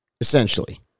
essentially